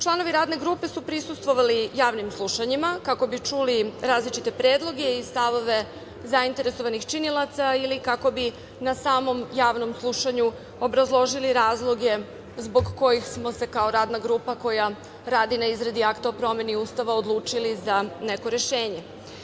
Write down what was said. Članovi Radne grupe su prisustvovali javnim slušanjima, kako bi čuli različite predloge i stavove zainteresovanih činilaca ili kako bi na samom javnom slušanju obrazložili razloge zbog kojih smo se kao Radna grupa koja radi na izradi akta o promeni Ustava odlučili za neko rešenje.